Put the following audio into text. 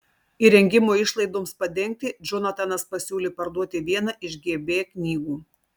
įrengimo išlaidoms padengti džonatanas pasiūlė parduoti vieną iš gb knygų